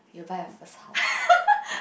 buy a first house